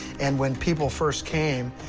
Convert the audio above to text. and when people first came,